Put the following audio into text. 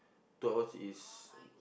two hours is